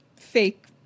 fake